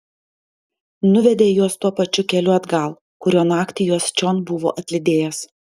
nuvedė juos tuo pačiu keliu atgal kuriuo naktį juos čion buvo atlydėjęs